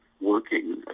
working